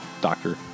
doctor